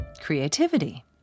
Creativity